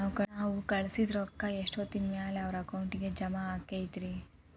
ನಾವು ಕಳಿಸಿದ್ ರೊಕ್ಕ ಎಷ್ಟೋತ್ತಿನ ಮ್ಯಾಲೆ ಅವರ ಅಕೌಂಟಗ್ ಜಮಾ ಆಕ್ಕೈತ್ರಿ?